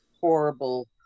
horrible